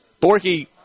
Borky